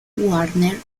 warner